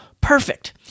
perfect